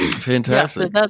fantastic